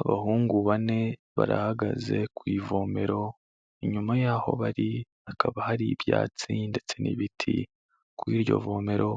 Abahungu bane barahagaze ku ivomero, inyuma y'aho bari, hakaba hari ibyatsi ndetse n'ibiti, kuri iiryo vomero